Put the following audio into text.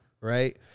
right